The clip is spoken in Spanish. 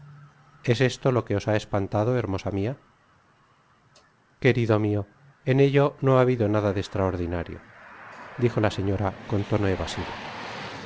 es esto lo que os ha espantado hermosa mia querido mio en ello no ha habido nada de extraordinario dijo la señora con tono evasivo